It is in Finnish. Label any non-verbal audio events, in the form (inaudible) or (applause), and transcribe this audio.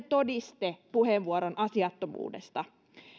(unintelligible) todiste puheenvuoron asiattomuudesta